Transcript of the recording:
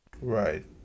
Right